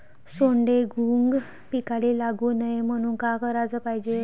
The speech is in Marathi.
सोंडे, घुंग पिकाले लागू नये म्हनून का कराच पायजे?